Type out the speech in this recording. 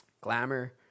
glamour